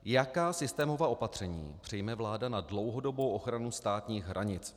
Jaká systémová opatření přijme vláda na dlouhodobou ochranu státních hranic?